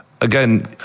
again